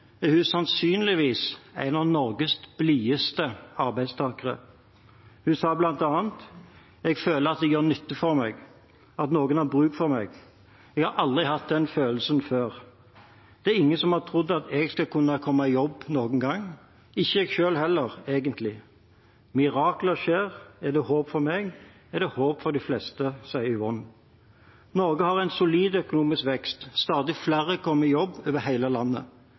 er hun sannsynligvis en av Norges blideste arbeidstakere. Hun sa bl.a.: Jeg føler at jeg gjør nytte for meg, at noen har bruk for meg. Jeg har aldri hatt den følelsen før. Det er ingen som har trodd at jeg skulle komme i jobb noen gang – ikke jeg selv heller, egentlig. Mirakler skjer. Er det håp for meg, er det håp for de fleste. Norge har en solid økonomisk vekst, og stadig flere over hele landet kommer i jobb.